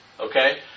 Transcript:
Okay